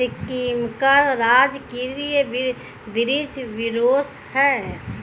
सिक्किम का राजकीय वृक्ष बुरांश है